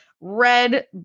red